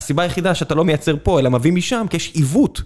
הסיבה היחידה שאתה לא מייצר פה, אלא מביא משם, כי יש עיוות.